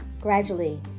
Gradually